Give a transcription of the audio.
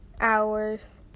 hours